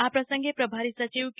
આ પ્રસંગે પ્રભારી સચિવ કે